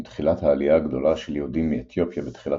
עם תחילת העלייה הגדולה של יהודים מאתיופה בתחילת